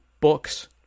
books